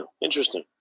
interesting